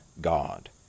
God